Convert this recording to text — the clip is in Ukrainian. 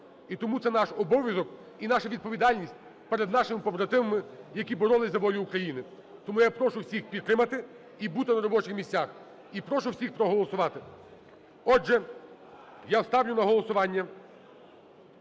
І тому це наш обов'язок і наша відповідальність перед нашими побратимами, які боролися за волю України. Тому я прошу всіх підтримати і бути на робочих місцях. І прошу всіх проголосувати. Отже, я ставлю на голосування